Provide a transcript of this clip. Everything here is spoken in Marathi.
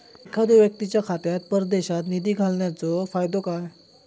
एखादो व्यक्तीच्या खात्यात परदेशात निधी घालन्याचो फायदो काय?